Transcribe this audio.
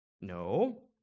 No